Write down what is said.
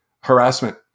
harassment